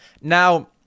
Now